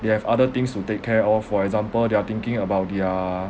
they have other things to take care of for example they are thinking about their